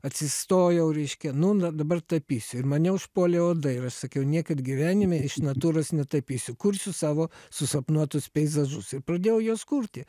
atsistojau reiškia nu na dabar tapysiu ir mane užpuolė uodai ir aš sakiau niekad gyvenime iš natūros ne taip įsikursiu savo susapnuotus peizažus ir pradėjau juos kurti